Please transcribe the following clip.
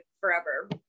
forever